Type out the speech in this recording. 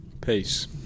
Peace